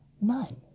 None